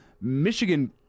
Michigan